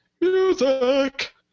Music